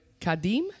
Kadim